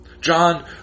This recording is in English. John